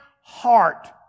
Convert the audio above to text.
heart